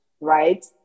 Right